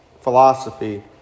philosophy